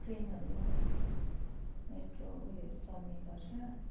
ट्रेनहरू मेट्रो उयोहरू चल्ने गर्छ